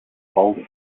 bold